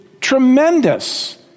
tremendous